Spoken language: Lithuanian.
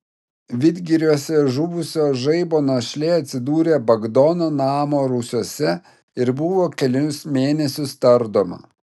vidgiriuose žuvusio žaibo našlė atsidūrė bagdono namo rūsiuose ir buvo kelis mėnesius tardoma